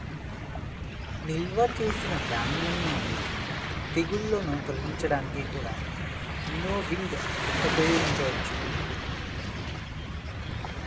నిల్వ చేసిన ధాన్యం నుండి తెగుళ్ళను తొలగించడానికి కూడా వినోవింగ్ ఉపయోగించవచ్చు